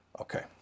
Okay